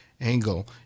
angle